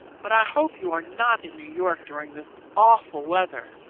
but i hope you're not in new york during this awful weather.